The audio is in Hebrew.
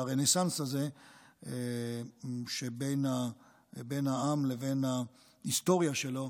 לרנסנס הזה שבין העם לבין ההיסטוריה שלו.